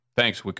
Thanks